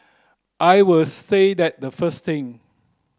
I would say that the first thing